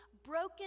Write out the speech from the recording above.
broken